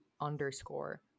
underscore